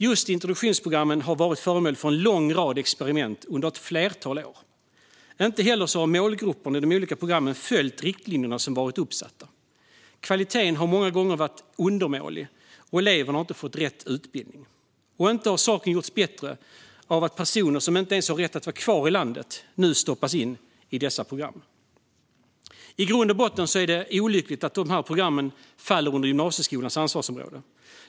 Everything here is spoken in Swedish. Just introduktionsprogrammen har varit föremål för en lång rad experiment under ett flertal år. Inte heller har målgrupperna i de olika programmen följt de riktlinjer som varit uppsatta. Kvaliteten har många gånger varit undermålig, och eleverna har inte fått rätt utbildning. Inte har saken gjorts bättre av att personer som inte ens har rätt att vara kvar i landet nu stoppas in i dessa program. I grund och botten är det olyckligt att dessa program faller under gymnasieskolans ansvarsområde.